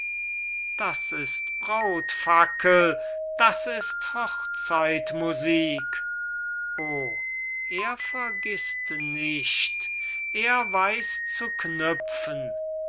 das ist brautfackel das ist hochzeitmusik oh er vergißt nicht er weiß zu knüpfen